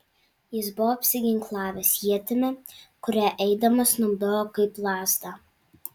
jis buvo apsiginklavęs ietimi kurią eidamas naudojo kaip lazdą